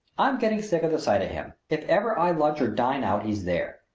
i'm getting sick of the sight of him. if ever i lunch or dine out he's there.